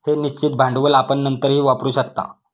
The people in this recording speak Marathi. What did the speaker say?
हे निश्चित भांडवल आपण नंतरही वापरू शकता